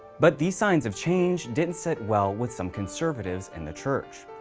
but these signs of change didn't sit well with some conservatives in the church.